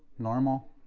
normal,